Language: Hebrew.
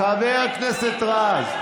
חבר הכנסת רז.